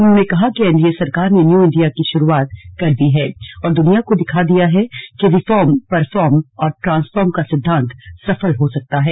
उन्होंने कहा कि एनडीए सरकार ने न्यू इंडिया की शुरूआत कर दी है और दुनिया को दिखा दिया है कि रिफार्म परफार्म और ट्रांसफॉर्म का सिद्वांत सफल हो सकता है